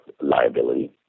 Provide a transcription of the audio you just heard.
liability